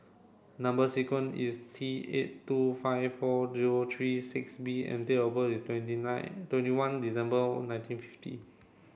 number sequence is T eight two five four zero three six B and date of birth is twenty nine twenty one December nineteen fifty